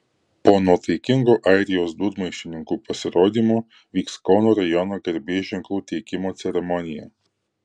po nuotaikingo airijos dūdmaišininkų pasirodymo vyks kauno rajono garbės ženklų teikimo ceremonija